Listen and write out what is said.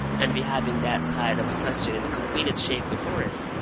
and we having that side of the question in a completed shape before us,